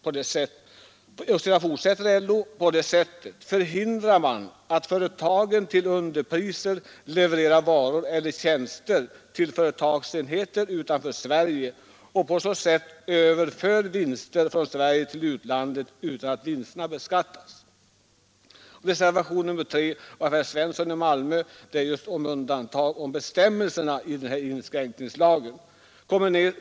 På det sättet, fortsätter LO, förhindrar man att företagen till underpriser levererar varor eller tjänster till företagsenheter utanför Sverige och på så sätt överför vinster från Sverige till utlandet utan att vinsterna beskattas. Reservation 3 av herr Svensson i Malmö gäller undantag från bestämmelser i inskränkningslagen.